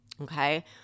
okay